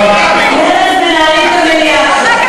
מרצ מנהלים את המליאה עכשיו.